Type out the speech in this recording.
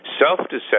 Self-deception